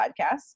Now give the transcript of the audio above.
podcasts